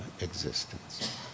existence